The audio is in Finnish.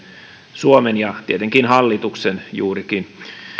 suomen ja tietenkin juurikin hallituksen